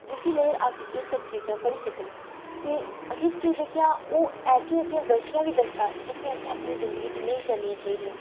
जिसी लेइयै अस एह् सब चीजां पढ़ी सकने ते हिस्ट्री जेह्कियां ओह् ऐसियां ऐसियां गल्तियां बी दसदा ऐ जेह्कियां असें अपनी जिंदगी च नेई करनियां चाहिदियां